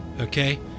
okay